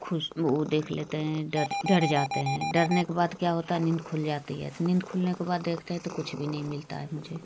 ख़ुशबू देख लेतें हैं डर डर जाते हैं डरने के बाद क्या होता है नींद खुल जाती है तो नींद खुलने के बाद देखते हैं तो कुछ भी नहीं मिलता है मुझे